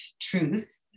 truth